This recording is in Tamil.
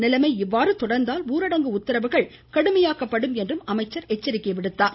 நிலைமை இவ்வாறு தொடா்ந்தால் ஊரடங்கு உத்தரவுகள் கடுமையாக்கப்படும் என்றும் அவர் எச்சரித்தார்